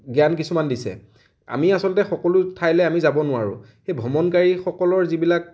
জ্ঞান কিছুমান দিছে আমি আচলতে সকলো ঠাইলে আমি যাব নোৱাৰোঁ এই ভ্ৰমণকাৰীসকলৰ যিবিলাক